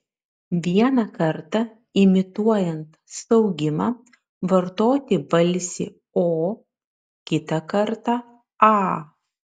vieną kartą imituojant staugimą vartoti balsį o kitą kartą a